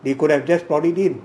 they could have just brought it in